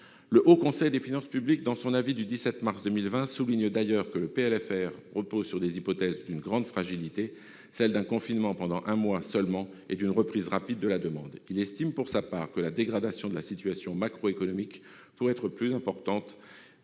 Le Haut Conseil des finances publiques, dans son avis du 17 mars 2020, souligne d'ailleurs que le PLFR repose sur des hypothèses « d'une grande fragilité »: un confinement pendant un mois seulement et une reprise rapide de la demande. Il estime que la dégradation de la situation macroéconomique pourrait être plus importante